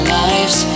lives